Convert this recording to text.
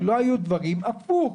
הפוך.